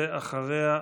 ואחריה,